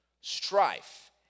strife